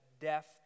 death